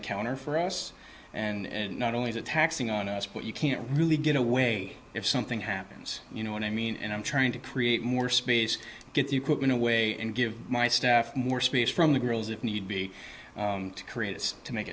the counter for us and not only is it taxing on us but you can't really get away if something happens you know what i mean and i'm trying to create more space get the equipment away and give my staff more space from the girls if need be to create it to make